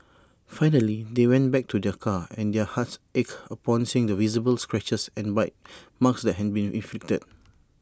finally they went back to their car and their hearts ached upon seeing the visible scratches and bite marks that had been inflicted